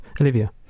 olivia